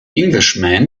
englishman